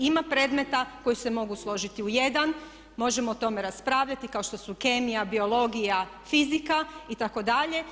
Ima predmeta koji se mogu složiti u jedan, možemo o tome raspravljati kao što su kemija, biologija, fizika itd.